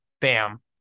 Bam